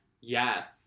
Yes